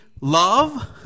love